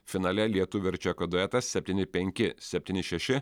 finale lietuvio ir čeko duetas septyni penki septyni šeši